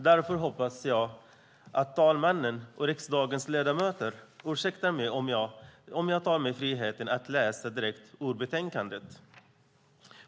Därför hoppas jag att talmannen och riksdagens ledamöter ursäktar mig om jag tar mig friheten att läsa direkt ur betänkandet.